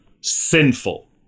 sinful